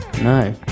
No